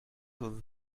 will